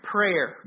Prayer